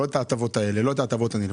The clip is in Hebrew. לא את ההטבות הנלוות,